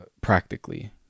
practically